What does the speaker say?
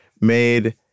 made